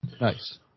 Nice